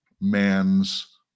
man's